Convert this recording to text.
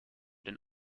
den